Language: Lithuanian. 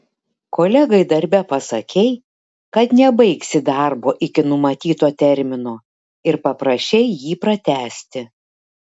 kolegai darbe pasakei kad nebaigsi darbo iki numatyto termino ir paprašei jį pratęsti